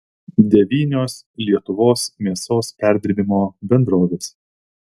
devynios lietuvos mėsos perdirbimo bendrovės